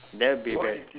that will be